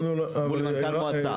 נתנו הצעה.